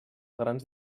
grans